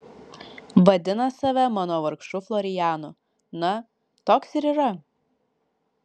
vadina save mano vargšu florianu na toks ir yra